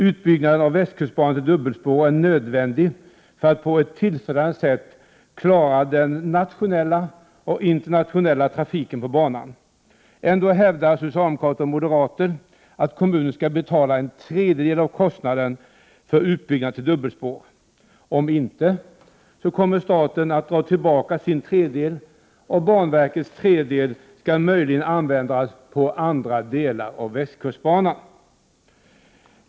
Utbyggnaden av västkustbanan till dubbelspår är nödvändig för att man på ett tillfredsställande sätt skall klara den nationella och internationella trafiken på banan. Ändå hävdar socialdemokrater och moderater att kommunerna skall betala en tredjedel av kostnaden för utbyggnaden till dubbelspår. Om inte kommer staten att dra tillbaka sin tredjedel, och banverkets tredjedel skall möjligen användas på andra delar av västkustbanan.